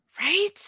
right